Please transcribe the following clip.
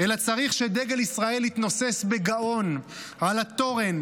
אלא צריך שדגל ישראל יתנוסס בגאון על התורן,